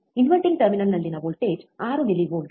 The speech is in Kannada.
ಇನ್ವರ್ಟಿಂಗ್ ಟರ್ಮಿನಲ್ನಲ್ಲಿನ ವೋಲ್ಟೇಜ್ 6 ಮಿಲಿವೋಲ್ಟ್ 6